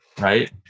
right